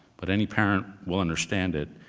but any parent will understand it.